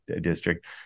district